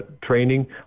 training